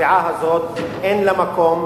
אין לה מקום.